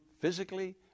physically